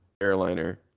airliner